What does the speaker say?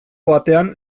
batean